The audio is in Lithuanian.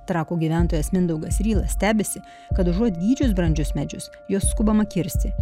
trakų gyventojas mindaugas ryla stebisi kad užuot gydžius brandžius medžius juos skubama kirsti